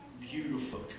beautiful